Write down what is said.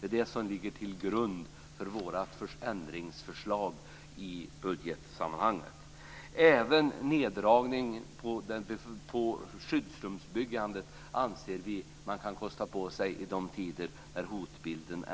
Det är det som ligger till grund för vårt ändringsförslag i budgetsammanhang. Vi anser även att man kan kosta på sig att dra ned på skyddsrumsbyggandet i de tider då hotbilden